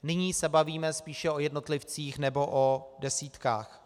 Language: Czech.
Nyní se bavíme spíše o jednotlivcích nebo o desítkách.